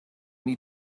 need